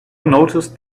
noticed